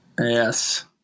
Yes